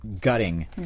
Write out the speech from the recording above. gutting